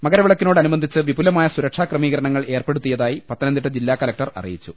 മകരവിള ക്കിനോടനുബന്ധിച്ച് വിപുലമായ സുരക്ഷാ ക്രമീകരണങ്ങൾ ഏർപ്പെടു ത്തിയതായി പത്തനംതിട്ട ജില്ലാ കലക്ടർ അറിയിച്ചു